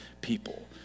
people